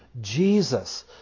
Jesus